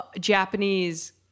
Japanese